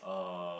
uh